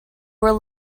were